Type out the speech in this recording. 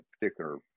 particular